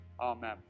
amen